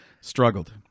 Struggled